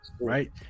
right